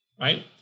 right